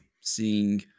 seeing